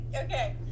okay